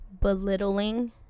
belittling